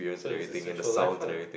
so it's your sexual life uh